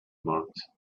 marked